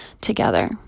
together